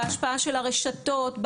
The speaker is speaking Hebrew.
בהשפעה של הרשתות,